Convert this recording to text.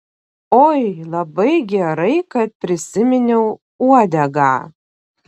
oi labai gerai kad prisiminiau uodegą